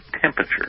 temperature